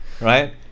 right